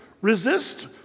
resist